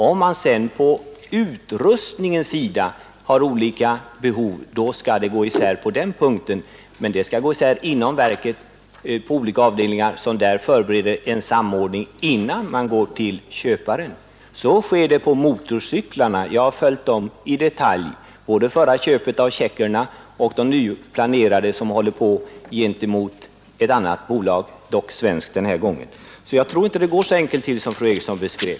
Om man sedan när det gäller utrustningen har olika behov, skall handläggningen gå isär på den punkten, men det skall ske genom olika avdelningar inom verket som sedan förbereder en samordning innan man går till säljaren. Så sker när det gäller motorcyklarna — jag har i detalj följt både förra köpet från tjeckerna och det nu planerade köpet från ett annat bolag — svenskt den här gången. Jag tror inte att det går så enkelt till som fru Eriksson beskrev.